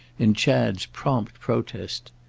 in chad's prompt protest.